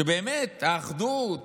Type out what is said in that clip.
שבאמת האחדות,